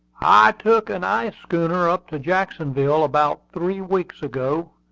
i took an ice schooner up to jacksonville about three weeks ago,